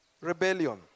rebellion